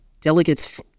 delegates